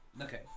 Okay